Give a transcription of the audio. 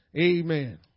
Amen